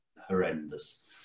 horrendous